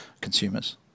consumers